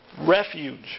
refuge